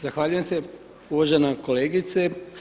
Zahvaljujem se uvaženoj kolegici.